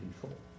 control